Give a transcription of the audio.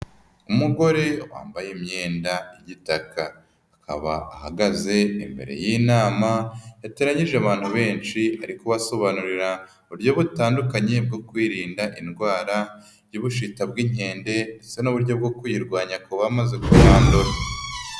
Umugore wambaye imyenda y'igitaka akaba ahagaze imbere y'inama yateranyije abantu benshi ari kubasobanurira uburyo butandukanye bwo kwirinda indwara y'ubushita bw'inkende ndetse n'uburyo bwo kuyirwanya ku bamaze kuyandura.